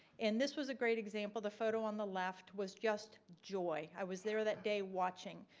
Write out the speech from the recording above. and this was a great example. the photo on the left was just joy. i was there that day watching,